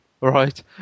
right